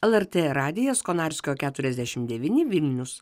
lrt radijas konarskio keturiasdešim devyni vilnius